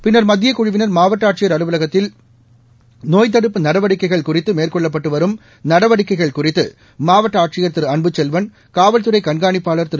பின்னா் மத்தியக் குழுவினா் மாவட்ட ஆட்சியா் அலுவலகத்தில் நோய் தடுப்பு நடவடிக்கைகள் குறித்து மேற்கொள்ளப்பட்டு வரும் நடவடிக்கைகள் குறித்து மாவட்ட ஆட்சியர் திரு அன்புசெல்வன் காவல்துறை கண்காணிப்பாளா் திரு